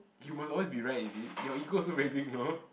you must always be right is it your ego also very big you know